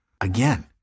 again